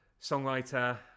songwriter